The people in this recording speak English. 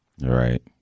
Right